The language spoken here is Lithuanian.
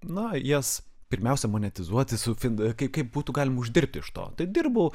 na jas pirmiausia monetizuoti sufid kaip kaip būtų galima uždirbti iš to tai dirbau